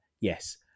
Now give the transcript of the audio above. yes